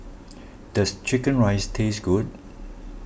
does Chicken Rice taste good